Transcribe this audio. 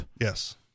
Yes